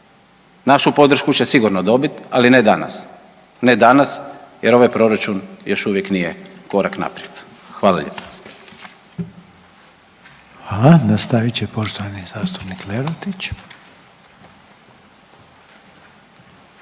Našu podršku će sigurno dobit, ali ne danas, ne danas jer ovaj proračun još uvijek nije korak naprijed. Hvala lijepa. **Reiner, Željko (HDZ)** Hvala. Nastavit će poštovani zastupnik Lerotić.